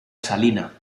salina